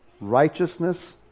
righteousness